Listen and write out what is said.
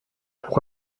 pour